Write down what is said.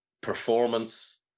performance